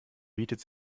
bietet